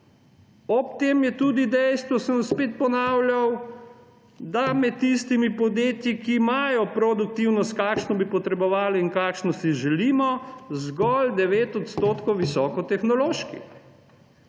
Ob tem je tudi dejstvo, se bom spet ponavljal, da med tistimi podjetji, ki imajo produktivnost, kakršno bi potrebovali in kakršno si želimo, zgolj 9 % visokotehnoloških.